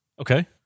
Okay